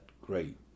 great